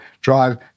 drive